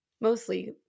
mostly